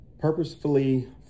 purposefully